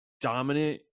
dominant